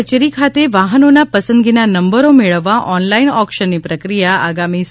કચેરી ખાતે વાહનોના પસંદગીના નંબરો મેળવવા ઓનલાઇન ઓકશનની પ્રક્રિયા આગામી તા